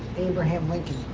abraham lincoln,